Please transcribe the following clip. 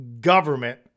government